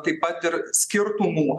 taip pat ir skirtumų